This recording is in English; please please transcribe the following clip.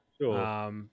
Sure